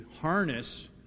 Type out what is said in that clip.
harness